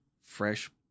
fresh